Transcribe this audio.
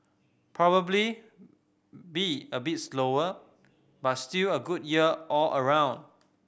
probably be a bit slower but still a good year all around